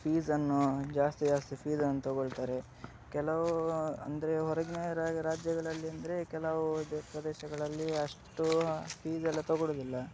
ಫೀಸನ್ನು ಜಾಸ್ತಿ ಜಾಸ್ತಿ ಫೀಸನ್ನು ತೊಗೊಳ್ತಾರೆ ಕೆಲವು ಅಂದರೆ ಹೊರಗಿನ ರಾಜ್ಯಗಳಲ್ಲಿ ಅಂದರೆ ಕೆಲವು ದೇಶ ಪ್ರದೇಶಗಳಲ್ಲಿ ಅಷ್ಟು ಫೀಸೆಲ್ಲ ತೊಗೊಳ್ಳೋದಿಲ್ಲ